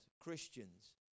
Christians